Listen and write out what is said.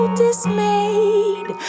dismayed